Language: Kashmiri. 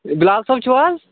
بِِلال صٲب چھِِو حظ